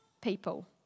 people